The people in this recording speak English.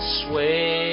sway